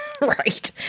Right